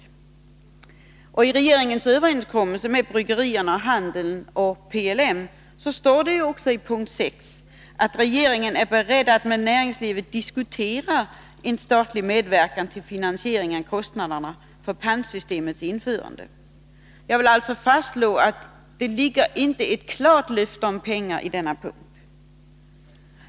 I punkt 6 av regeringens överenskommelse med bryggerierna, handeln och PLM, står det att regeringen är beredd att med näringslivet diskutera en statlig medverkan till finansieringen av kostnaderna för pantsystemets införande. Jag vill fastslå att det inte ligger något klart löfte om pengar i denna punkt.